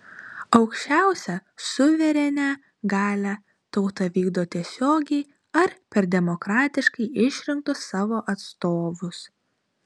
aukščiausią suverenią galią tauta vykdo tiesiogiai ar per demokratiškai išrinktus savo atstovus